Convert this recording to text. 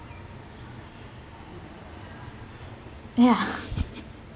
ya